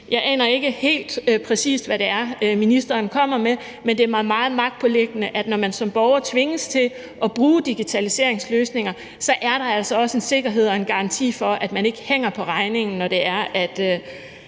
Jeg aner ikke helt præcis, hvad det er, ministeren kommer med, men det er mig meget magtpåliggende, at når man som borger tvinges til at bruge digitaliseringsløsninger, er der altså også en sikkerhed og en garanti for, at man ikke hænger på regningen, når det er, at